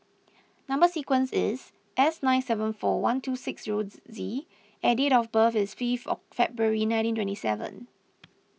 Number Sequence is S nine seven four one two six zero Z and date of birth is fifth of February nineteen twenty seven